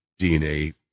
DNA